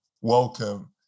welcome